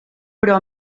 però